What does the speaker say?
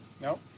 No